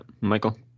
Michael